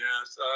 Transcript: yes